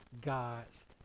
God's